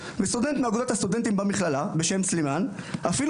וסטודנט מאגודת הסטודנטים במכללה בשם סלימאן אפילו